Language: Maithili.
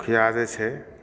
मुखिया जे छै